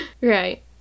Right